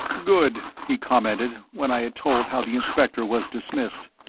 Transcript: good, he commented, when i had told how the inspector was dismissed.